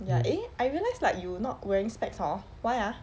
ya eh I realise like you not wearing specs hor why ah